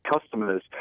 customers